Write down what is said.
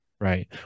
Right